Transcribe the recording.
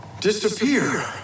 disappear